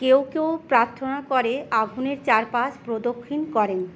কেউ কেউ প্রার্থনা করে আগুনের চারপাশ প্রদক্ষিণ করেন